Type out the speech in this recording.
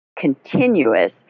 continuous